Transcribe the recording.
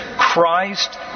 Christ